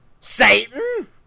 Satan